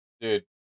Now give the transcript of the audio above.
Dude